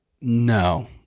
No